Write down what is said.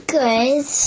good